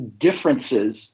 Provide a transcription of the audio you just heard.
differences